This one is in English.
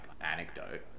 anecdote